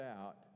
out